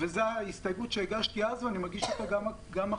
וזו ההסתייגות שהגשתי אז ואני מגיש אותה גם עכשיו